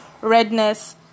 redness